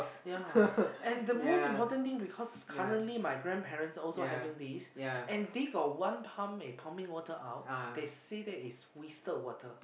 ya and the most important thing because currently my grand parents also having this and they got one pump pumping out they say is wasted water